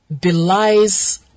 belies